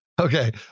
Okay